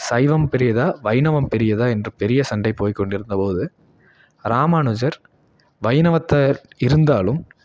சைவம் பெரியதா வைணவம் பெரியதா என்று பெரிய சண்டை போய் கொண்டு இருந்தபோது ராமானுஜர் வைணவத்தை இருந்தாலும்